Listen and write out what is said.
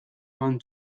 eman